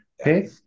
Okay